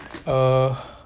uh